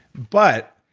but,